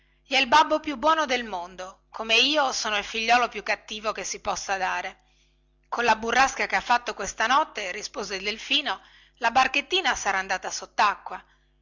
gli è il babbo più buono del mondo come io sono il figliuolo più cattivo che si possa dare colla burrasca che ha fatto questa notte rispose il delfino la barchettina sarà andata sottacqua